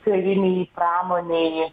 karinei pramonei